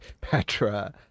Petra